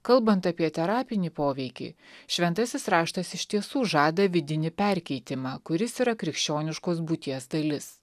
kalbant apie terapinį poveikį šventasis raštas iš tiesų žada vidinį perkeitimą kuris yra krikščioniškos būties dalis